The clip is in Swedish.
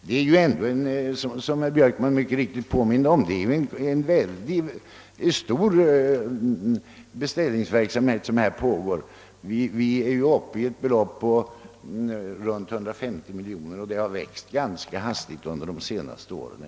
Beställningsverksamheten är, som herr Björkman alldeles riktigt påminde om, av mycket stor omfattning — omsättningen är uppe i ett belopp på i runt tal 150 miljoner kronor, och den har vuxit ganska hastigt under de senaste åren.